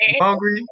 hungry